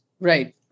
Right